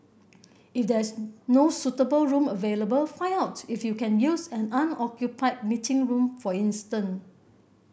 if there is no suitable room available find out if you can use an unoccupied meeting room for instance